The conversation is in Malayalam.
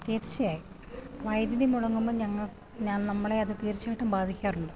തീർച്ചയായും വൈദ്യുതി മുടങ്ങുമ്പോള് ഞങ്ങള് നമ്മളെ അത് തീർച്ചയായിട്ടും ബാധിക്കാറുണ്ട്